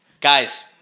guys